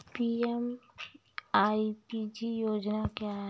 PMEPG योजना क्या है?